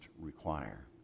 require